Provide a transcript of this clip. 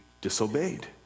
disobeyed